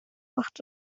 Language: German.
machte